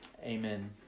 Amen